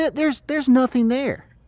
there's there's nothing there.